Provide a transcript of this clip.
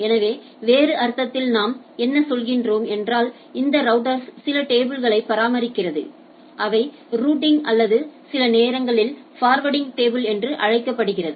எனவே வேறு அர்த்தத்தில் நாம் என்ன சொல்கிறோம் என்றால் இந்த ரௌட்டர்ஸ் சில டேபிள்களை பராமரிக்கிறதுஅவை ரூட்டிங் அல்லது சில நேரங்களில் ஃபார்வர்டிங் டேபிள் என்று அழைக்கப்படும்